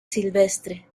silvestre